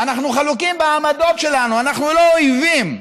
אנחנו חלוקים בעמדות שלנו, אנחנו לא אויבים.